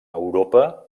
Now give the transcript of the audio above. europa